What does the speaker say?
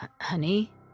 Honey